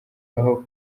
aho